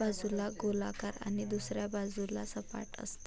बाजूला गोलाकार आणि दुसऱ्या बाजूला सपाट असते